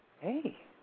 Hey